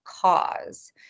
cause